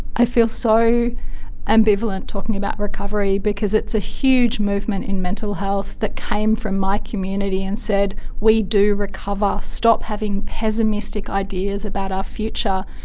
i feel so ambivalent talking about recovery because it's a huge movement in mental health that came from my community and said we do recover, stop having pessimistic ideas about our future,